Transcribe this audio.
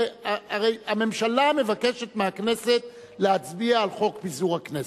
הרי הממשלה מבקשת מהכנסת להצביע על חוק פיזור הכנסת.